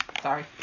Sorry